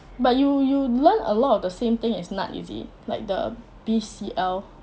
but you you learn a lot of the same thing as nad is it like the B_C_L